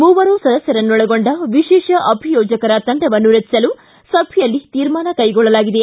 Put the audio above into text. ಮೂವರು ಸದಸ್ವರನ್ನೊಳಗೊಂಡ ವಿಶೇಷ ಅಭಿಯೋಜಕರ ತಂಡವನ್ನು ರಚಿಸಲು ಸಭೆಯಲ್ಲಿ ತೀರ್ಮಾನ ಕೈಗೊಳ್ಳಲಾಗಿದೆ